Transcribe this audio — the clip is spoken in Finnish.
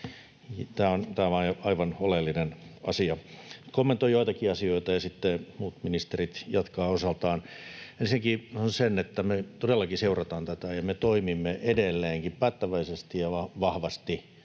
Tämä on aivan oleellinen asia. Kommentoin joitakin asioita, ja sitten muut ministerit jatkavat osaltaan. Ensinnäkin sanon sen, että me todellakin seurataan tätä, ja me toimimme edelleenkin päättäväisesti ja vahvasti